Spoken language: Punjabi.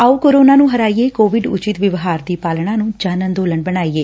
ਆਓ ਕੋਰੋਨਾ ਨੁੰ ਹਰਾਈਏਂ ਕੋਵਿਡ ਉਚਿੱਤ ਵਿਵਹਾਰ ਦੀ ਪਾਲਣਾ ਨੂੰ ਜਨ ਅੰਦੋਲਨ ਬਣਾਈਏ